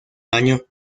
año